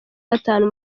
gatanu